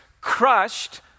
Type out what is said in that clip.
crushed